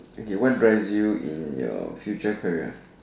okay what drives you in your future career